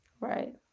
Right